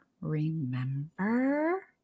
Remember